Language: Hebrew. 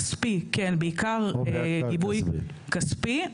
כספי, כן, בעיקר גיבוי כספי.